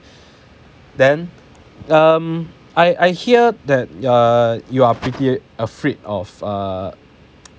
then um I I hear that err you are afraid of err